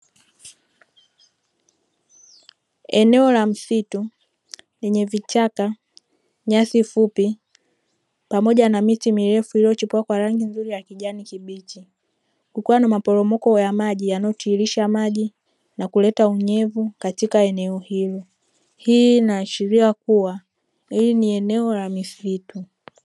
Eneo la msitu lenye vichaka, nyasi fupi pamoja na miti mirefu iliyochipua kwa rangi nzuri ya kijani kibichi kukiwa na maporomoko ya maji yanayotiririsha maji na kuletea unyevu katika eneo hilo. Hii inaashiria kuwa hili ni eneo la misitu.